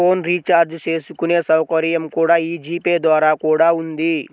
phone recharge చేసుకునే సౌకర్యం కూడా యీ జీ పే ద్వారా కూడా ఉంది